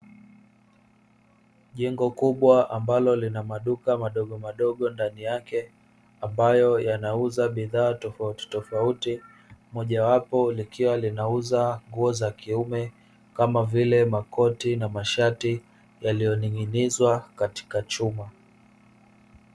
Jengo kubwa ambalo lina maduka madogomadogo ndani yake ambayo yanauza bidhaa tofautitofauti, mojawapo likiwa linauza nguo za kiume kama vile makoti na mashati yaliyo ning'inizwa katika chuma.